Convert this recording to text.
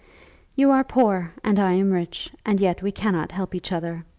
you are poor and i am rich, and yet we cannot help each other.